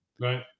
Right